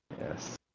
Yes